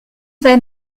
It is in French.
vais